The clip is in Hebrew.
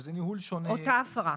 כאשר זה ניהול שונה --- אותה הפרה.